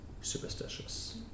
superstitious